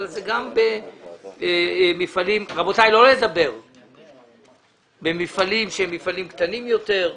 אבל זה גם במפעלים שהם מפעלים קטנים יותר.